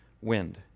wind